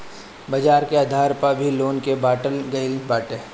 बाजार के आधार पअ भी लोन के बाटल गईल बाटे